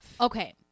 Okay